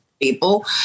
people